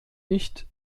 nicht